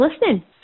listening